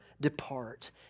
depart